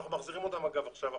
אנחנו מחזירים אותם עכשיו אחורה.